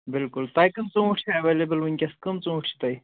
بِلکُل تۄہہِ کٔمہٕ ژوٗنٛٹھۍ چھِو ایویلیبُل وُنکیٚس کٔمہٕ ژوٗنٛٹھۍ چھِ تۄہہِ